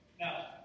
Now